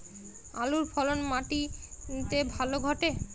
আলুর ফলন মাটি তে ভালো ঘটে?